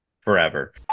forever